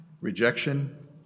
rejection